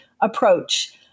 approach